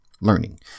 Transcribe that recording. learning